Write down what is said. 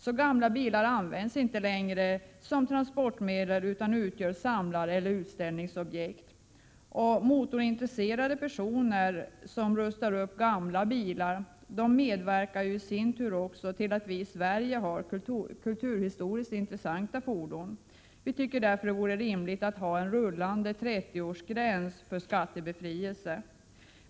Så gamla bilar används inte längre som transportmedel utan utgör samlareller utställningsobjekt. Motorintresserade personer som rustar upp gamla bilar medverkar ju till att vi i Sverige har kulturhistoriskt intressanta fordon. Vi tycker därför att det vore rimligt att ha en rullande 30-årsgräns för skattebefrielse.